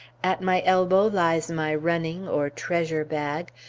at my elbow lies my running or treasure-bag,